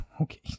Okay